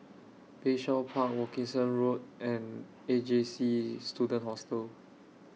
Bayshore Park Wilkinson Road and A J C Student Hostel